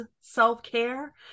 self-care